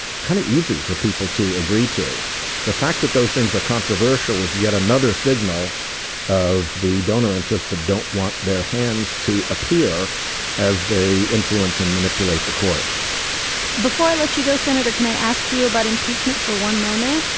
kind of easy for people to agree to the fact that those things are controversial is yet another signal of the donor interest that don't want their hands to appear as they influence and manipulate the court before i let you go senator can i ask you about impeachment for one moment.